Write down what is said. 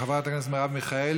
תודה רבה לחברת הכנסת מרב מיכאלי.